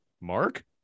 Mark